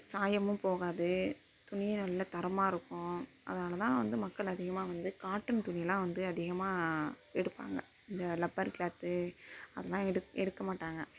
சாயமும் போகாது துணியும் நல்ல தரமாக இருக்கும் அதனால தான் வந்து மக்கள் அதிகமாக வந்து காட்டன் துணியெலாம் வந்து அதிகமாக எடுப்பாங்கள் இந்த லப்பர் க்ளாத்து அதெலாம் எடுக் எடுக்கமாட்டாங்கள்